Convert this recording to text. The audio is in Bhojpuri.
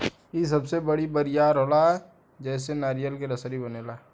इ सबसे बड़ी बरियार होला जेसे नारियर के रसरी बनेला